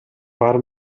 far